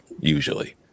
usually